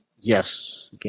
Yes